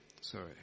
sorry